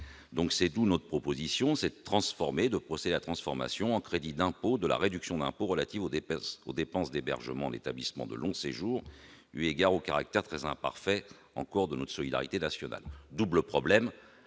leur situation. Nous proposons donc de procéder à la transformation en crédit d'impôt de la réduction d'impôt relative aux dépenses d'hébergement en établissement de long séjour, eu égard au caractère très imparfait encore de la solidarité nationale en la matière.